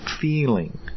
feeling